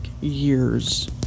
years